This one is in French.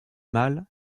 mâles